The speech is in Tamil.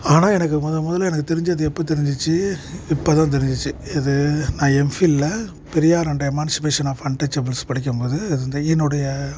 ஆனால் எனக்கு முதன் முதலில் தெரிஞ்சது எப்போ தெரிஞ்சிச்சு இப்போதான் தெரிஞ்சிச்சு எது நான் எம்ஃபில்லில் Periyar and emancipation of untouchables படிக்கும்போது அது வந்து என்னுடைய